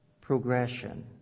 progression